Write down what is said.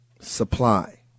supply